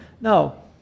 No